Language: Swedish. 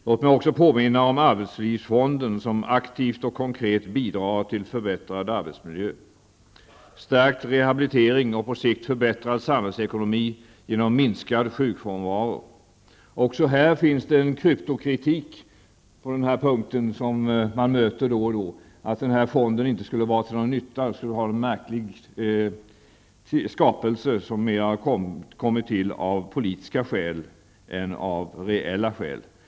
Låt mig också påminna om arbetslivsfonden, som aktivt och konkret bidrar till förbättrad arbetsmiljö, stärkt rehabilitering och på sikt förbättrad samhällsekonomi genom minskad sjukfrånvaro. Också här finns en kryptokritik man möter då och då, att fonden inte skulle vara till någon nytta, att den skulle vara en märklig skapelse som mera kommit till av politiska skäl än av reella skäl.